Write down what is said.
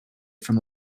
from